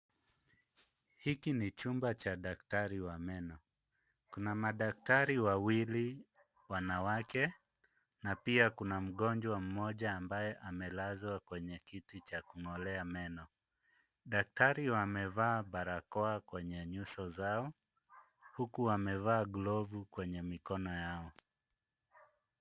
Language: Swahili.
Hiki ni chumba cha daktari wa meno. Kuna madaktari wawili wanawake na pia kuna mgonjwa mmoja ambaye amelazwa kwenye kiti cha kung'olea meno. Daktari wamevaa barakoa kwenye nyuso zao, huku wamevaa glovu kwenye mikono yao.